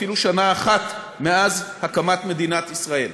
אפילו שנה אחת מאז הקמת מדינת ישראל.